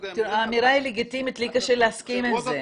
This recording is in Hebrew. האמירה היא לגיטימית, לי קשה להסכים עם זה.